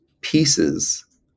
Pieces